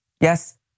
Yes